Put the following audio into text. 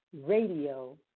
Radio